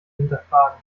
hinterfragen